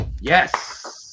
Yes